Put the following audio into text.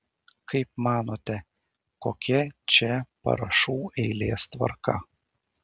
kaip manote kokia čia parašų eilės tvarka